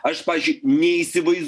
aš pavyzdžiui neįsivaiz